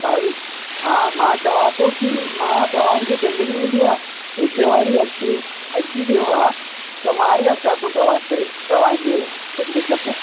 sorry हा मां चवां थो की मां तव्हांजे बिल्डिंग में बि आ हिकु वारी अची अची वियो आहे त मां ई अचा तो तव्हांजे तव्हांजे बिल्डिंग में